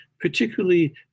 particularly